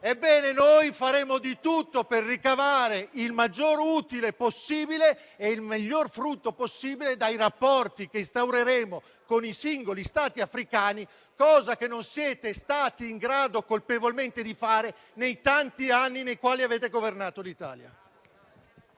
Ebbene, noi faremo di tutto per ricavare il maggior utile e il miglior frutto possibili dai rapporti che instaureremo con i singoli Stati africani, cosa che non siete stati in grado colpevolmente di fare nei tanti anni nei quali avete governato l'Italia.